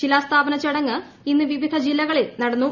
ശിലാസ്ഥാപന ചടങ്ങ് ഇന്ന് വിവിധ ജില്ലകളിൽ നടന്നു